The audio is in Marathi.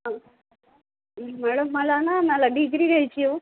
हं मॅडम मला ना मला डिग्री घ्यायची ओ